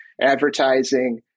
advertising